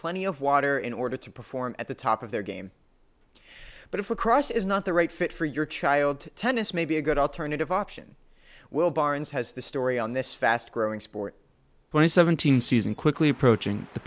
plenty of water in order to perform at the top of their game but if a cross is not the right fit for your child tennis may be a good alternative option will barnes has the story on this fast growing sport twenty seven thousand season quickly approaching the